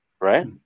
Right